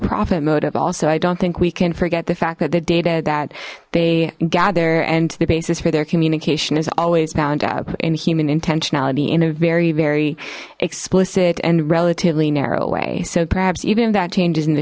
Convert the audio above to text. profit motive also i don't think we can forget the fact that the data that they gather and the basis for their communication is always bound up in human intentionality in a very very explicit and relatively narrow way so perhaps even if that changes in the